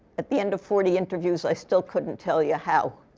at the end of forty interviews, i still couldn't tell you how.